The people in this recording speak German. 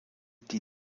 die